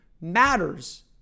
matters